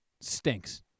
stinks